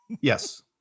yes